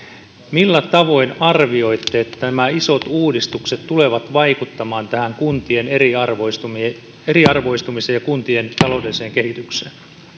millä tavoin arvioitte että nämä isot uudistukset tulevat vaikuttamaan tähän kuntien eriarvoistumiseen ja kuntien taloudelliseen kehitykseen